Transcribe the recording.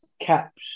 Caps